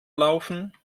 laufen